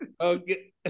Okay